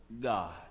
God